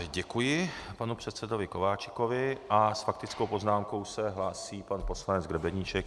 Děkuji panu předsedovi Kováčikovi a s faktickou poznámkou se hlásí pan poslanec Grebeníček.